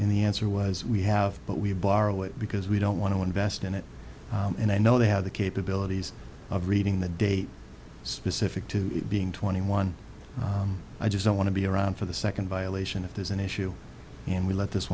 in the answer was we have but we borrow it because we don't want to invest in it and i know they have the capabilities of reading the date specific to being twenty one i just don't want to be around for the second violation if there's an issue and we let this